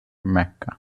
mecca